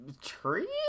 tree